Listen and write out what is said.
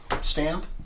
stand